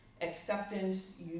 Acceptance